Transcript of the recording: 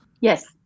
Yes